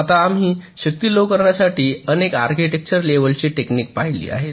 आता आम्ही शक्ती लो करण्यासाठी अनेक आर्किटेक्चर लेव्हलची टेक्निकं पाहिली आहेत